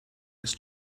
his